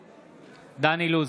בעד דן אילוז,